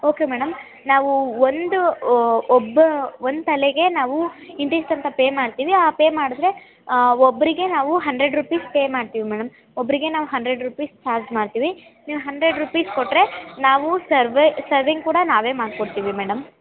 okay madam ನಾವು ಒಂದು ಒಬ್ಬ ಒಂದು ತಲೆಗೆ ನಾವು ಇಂತಿಷ್ಟ್ ಅಂತ ಪೇ ಮಾಡ್ತೀವಿ ಆ ಪೇ ಮಾಡಿದರೆ ಒಬ್ಬರಿಗೆ ನಾವು ಹಂಡ್ರೆಡ್ ರೂಪೀಸ್ ಪೇ ಮಾಡ್ತೀವಿ ಮೇಡಮ್ ಒಬ್ಬರಿಗೆ ನಾವು ಹಂಡ್ರೆಡ್ ರೂಪೀಸ್ ಚಾರ್ಜ್ ಮಾಡ್ತೀವಿ ನೀವು ಹಂಡ್ರೆಡ್ ರೂಪೀಸ್ ಕೊಟ್ಟರೆ ನಾವು ಸರ್ವೆ ಸರ್ವಿಂಗ್ ಕೂಡ ನಾವೇ ಮಾಡಿಕೊಡ್ತೀವಿ ಮೇಡಮ್